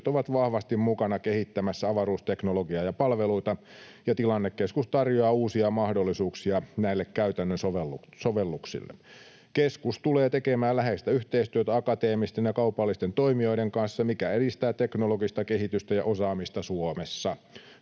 ovat vahvasti mukana kehittämässä avaruusteknologiaa ja palveluita ja tilannekeskus tarjoaa uusia mahdollisuuksia näille käytännön sovelluksille. Keskus tulee tekemään läheistä yhteistyötä akateemisten ja kaupallisten toimijoiden kanssa, mikä edistää teknologista kehitystä ja osaamista Suomessa.